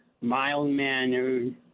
mild-mannered